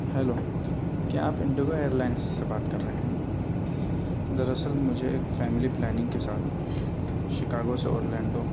hello کیا آپ IndiGo airlines سے بات کر رہے ہیں دراصل مجھے ایک فیملی پلاننگ کے ساتھ شکاگو سے اورلینڈو